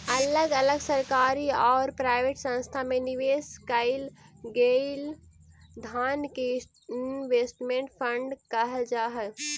अलग अलग सरकारी औउर प्राइवेट संस्थान में निवेश कईल गेलई धन के इन्वेस्टमेंट फंड कहल जा हई